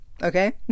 okay